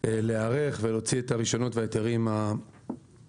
להיערך ולהוציא את הרישיונות וההיתרים הרלוונטיים.